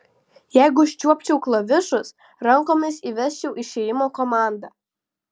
jeigu užčiuopčiau klavišus rankomis įvesčiau išėjimo komandą